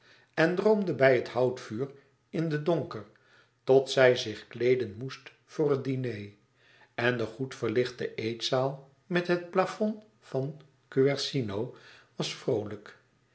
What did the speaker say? en droomde bij het houtvuur in den donker tot zij zich kleeden moest voor het diner en de goed verlichte eetzaal met het plafond van guercino was vroolijk